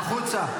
החוצה.